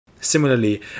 Similarly